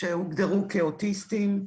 שהוגדרו כאוטיסטים.